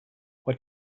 what